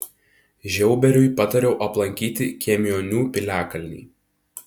žiauberiui patariau aplankyti kiemionių piliakalnį